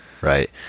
right